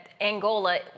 Angola